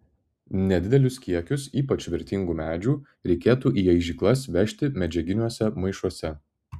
nedidelius kiekius ypač vertingų medžių reikėtų į aižyklas vežti medžiaginiuose maišuose